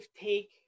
take